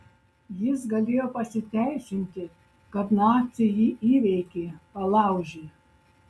jis galėjo pasiteisinti kad naciai jį įveikė palaužė